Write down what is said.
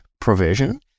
provision